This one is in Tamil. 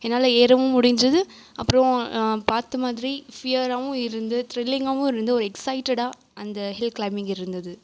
என்னால் ஏறவும் முடிஞ்சுது அப்புறம் நான் பார்த்த மாதிரி ஃபியராகவும் இருந்தது த்ரிலிங்காகவும் இருந்தது ஒரு எக்ஸைட்டடாக அந்த ஹில் கிளைம்பிங் இருந்தது